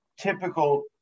typical